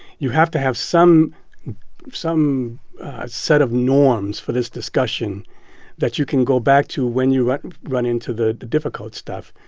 you have to have some some set of norms for this discussion that you can go back to when you run run into the difficult stuff.